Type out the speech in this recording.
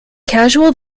casual